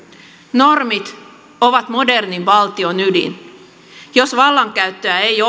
normit ovat modernin valtion ydin jos vallankäyttöä ei